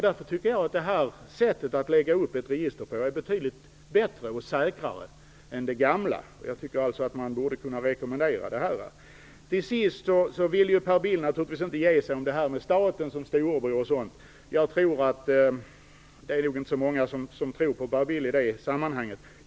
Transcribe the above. Därför tycker jag att det här sättet att lägga upp ett register på är betydligt bättre och säkrare än det gamla. Man borde kunna rekommendera det här. Per Bill vill naturligtvis inte ge sig när det gäller påståendena om staten som storebror. Det är nog inte så många som tror på Per Bill i det sammanhanget.